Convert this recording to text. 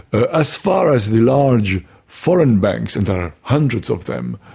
ah as far as the large foreign banks, and there are hundreds of them,